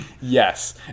yes